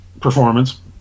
performance